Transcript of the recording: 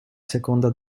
seconda